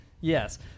yes